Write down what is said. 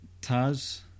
Taz